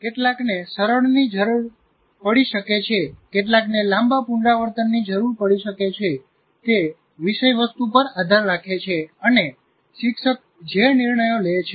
કેટલાકને સરળની જરૂર પડી શકે છે કેટલાકને લાંબા પુનરાવર્તનની જરૂર પડી શકે છે તે વિષયવસ્તુ પર આધાર રાખે છે અને શિક્ષક જે નિર્ણયો લે છે